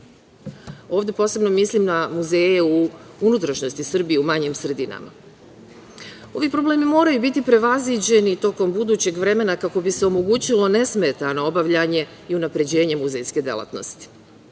Ovde posebno mislim na muzeje u unutrašnjosti Srbije, u manjim sredinama. Ovi problemi moraju biti prevaziđeni tokom budućeg vremena kako bi se omogućilo nesmetano obavljanje i unapređenje muzejske delatnosti. Inače,